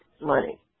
money